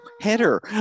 header